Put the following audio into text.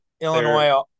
Illinois